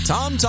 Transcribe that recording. Tom